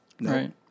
Right